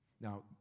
Now